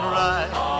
right